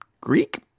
Greek